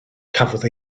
cafodd